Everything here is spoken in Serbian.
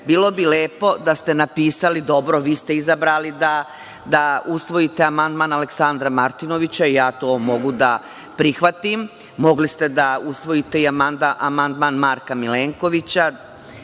bilo bi lepo da ste napisali, dobro vi ste izabrali da usvojite amandman Aleksandra Martinovića, i ja to mogu prihvatim, mogli ste i da usvojite amandman Marka Milenkovića